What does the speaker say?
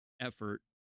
effort